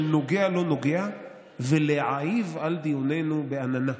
נוגע-לא-נוגע ולהעיב על דיונינו בעננה?"